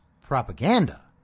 propaganda